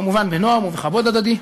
כמובן בנועם ובכבוד הדדי,